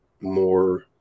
more